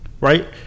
Right